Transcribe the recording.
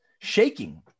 Shaking